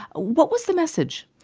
what was the message?